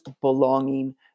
belonging